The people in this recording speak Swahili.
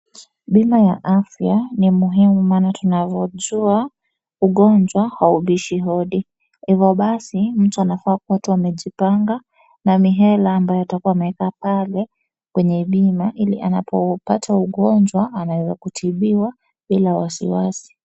Bima ya afya ni muhimu maana tunavyojua ugonjwa haubishi hodi, hivyo basi mtu anafaa kuwa tu amejipanga na mihela ambayo atakuwa ameweka pale kwenye bima ili anapopata ugonjwa anaweza kutibiwa bila wasiwasi.